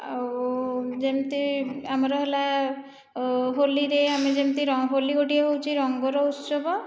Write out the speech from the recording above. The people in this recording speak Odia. ଆଉ ଯେମିତି ଆମର ହେଲା ହୋଲିରେ ଆମେ ଯେମିତି ହୋଲି ଗୋଟିଏ ହେଉଛି ରଙ୍ଗର ଉତ୍ସବ